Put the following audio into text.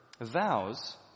vows